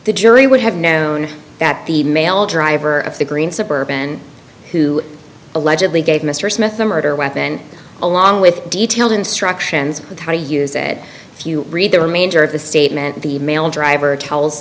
the jury would have known that the male driver of the green suburban who allegedly gave mr smith a murder weapon along with detailed instructions to use it if you read the remainder of the statement the male driver tells